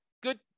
good